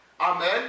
Amen